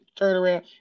turnaround